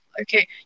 Okay